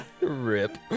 Rip